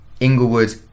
inglewood